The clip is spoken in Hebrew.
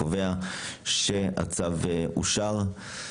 אני קובע שהצו אושר.